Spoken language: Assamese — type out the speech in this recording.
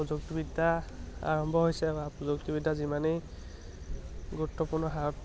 প্ৰযুক্তিবিদ্যা আৰম্ভ হৈছে বা প্ৰযুক্তিবিদ্যা যিমানেই গুৰুত্বপূৰ্ণ হাৰত